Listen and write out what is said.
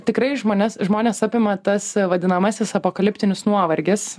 tikrai žmones žmones apima tas vadinamasis apokaliptinis nuovargis